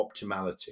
optimality